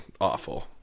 awful